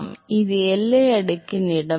எனவே இது எல்லை அடுக்கின் இடம்